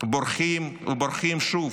בורחים ובורחים שוב,